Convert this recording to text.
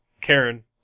Karen